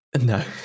no